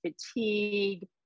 fatigue